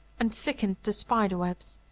and thickened the spider-webs,